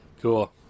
Cool